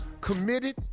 Committed